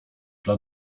dla